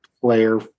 player